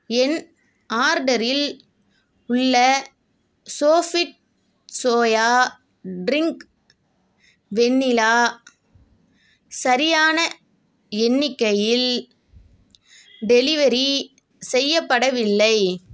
என் ஆர்டரில் உள்ள Sofit soya drink vanilla சரியான எண்ணிக்கையில் டெலிவரி செய்யப்படவில்லை